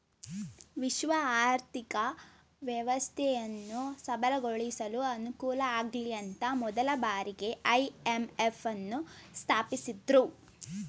ವಿಶ್ವ ಆರ್ಥಿಕ ವ್ಯವಸ್ಥೆಯನ್ನು ಸಬಲಗೊಳಿಸಲು ಅನುಕೂಲಆಗ್ಲಿಅಂತ ಮೊದಲ ಬಾರಿಗೆ ಐ.ಎಂ.ಎಫ್ ನ್ನು ಸ್ಥಾಪಿಸಿದ್ದ್ರು